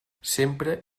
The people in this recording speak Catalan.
sempre